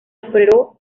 operó